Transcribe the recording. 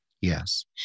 Yes